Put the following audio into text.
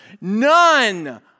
None